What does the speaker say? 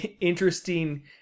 interesting